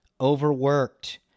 overworked